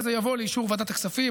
וזה יבוא לאישור ועדת הכספים.